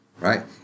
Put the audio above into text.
right